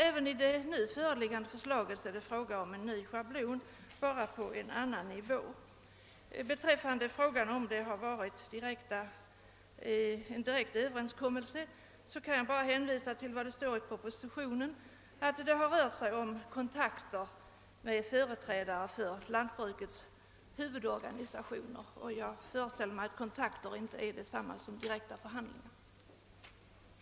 Även i det föreliggande förslaget är det alltså fråga om en schablon, bara på en annan nivå än den förra. Beträffande spörsmålet huruvida det är fråga om en direkt överenskommelse kan jag hänvisa till vad som sägs i propositionen, nämligen att det förekommit kontakter med företrädare för lantbrukets huvudorganisationer. Jag föreställer mig att kontakter inte är detsamma som direkta förhandlingar.